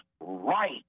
right